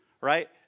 right